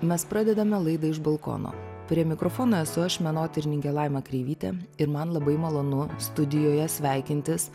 mes pradedame laidą iš balkono prie mikrofono esu aš menotyrininkė laima kreivytė ir man labai malonu studijoje sveikintis